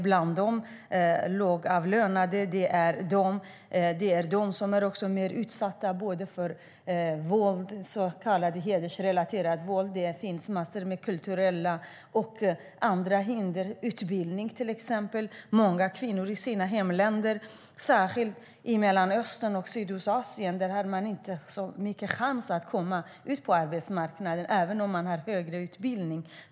Fler är lågavlönade. De är mer utsatta för våld, till exempel hedersrelaterat våld. Det finns mängder av kulturella och andra hinder. Utbildning är en sådan fråga. Särskilt i Mellanöstern och Sydostasien har kvinnor inte en särskilt stor chans att komma ut på arbetsmarknaden även om de har högre utbildning.